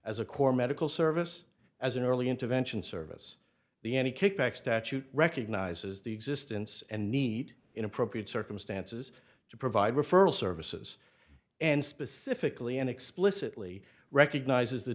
as a core medical service as an early intervention service the any kickback statute recognizes the existence and need in appropriate circumstances to provide referral services and specifically and explicitly recognizes the